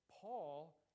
Paul